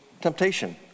temptation